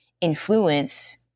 influence